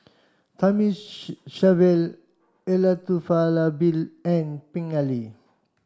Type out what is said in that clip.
Elattuvalapil and Pingali